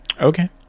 Okay